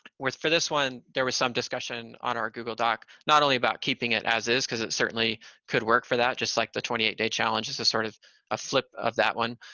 with, for this one, there was some discussion on our google doc, not only about keeping it as is, because it certainly could work for that, just like the twenty eight day challenge. this is sort of a flip of that one,